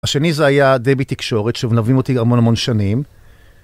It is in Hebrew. השני זה היה דבי תקשורת שמלווים אותי המון המון שנים.